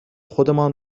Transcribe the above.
خودمان